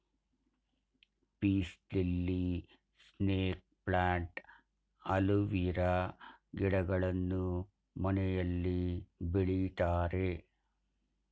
piece lily, snake plant, aloe vera ಗಿಡಗಳನ್ನು ಮನೆಯಲ್ಲಿ ಬೆಳಿತಾರೆ